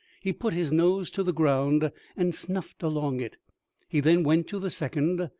he put his nose to the ground and snuffed along it he then went to the second,